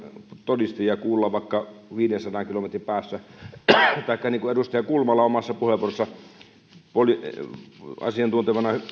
todistajia kuulla vaikka viidensadan kilometrin päässä edustaja kulmala sanoi omassa puheenvuorossaan asiantuntevana